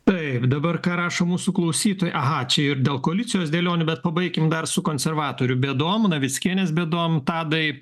taip dabar ką rašo mūsų klausytojai aha čia ir dėl koalicijos dėlionių bet pabaikim dar su konservatorių bėdom navickienės bėdom tadai